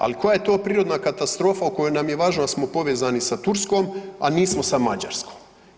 Ali, koja je to prirodna katastrofa u kojoj nam je važno da smo povezani sa Turskom, a nismo sa Mađarskom?